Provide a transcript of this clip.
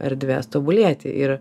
erdvės tobulėti ir